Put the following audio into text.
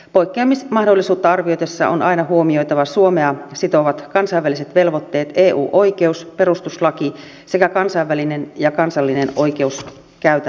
poikkeamismahdollisuutta arvioitaessa on aina huomioitava suomea sitovat kansainväliset velvoitteet eu oikeus perustuslaki sekä kansainvälinen ja kansallinen oikeuskäytäntö